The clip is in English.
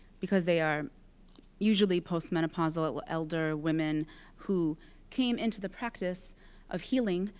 because they are usually post-menopausal ah elder women who came into the practice of healing,